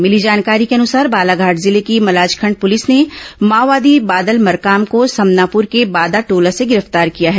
मिली जानकारी के अनुसार बालाघाट जिले की मलाजखंड पलिस ने माओवादी बादल मरकाम को समनापुर के बादाटोला से गिरफ्तार किया है